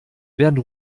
werden